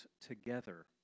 together